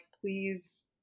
please